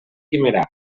guimerà